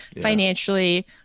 financially